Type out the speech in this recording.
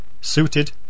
suited